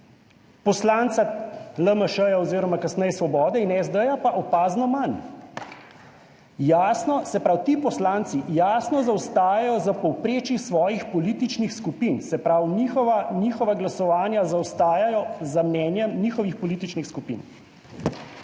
poslanca LMŠ oziroma kasneje Svobode in SD pa opazno manj, jasno. Se pravi, ti poslanci jasno zaostajajo za povprečje svojih političnih skupin, se pravi, njihova glasovanja zaostajajo za mnenjem njihovih političnih skupin.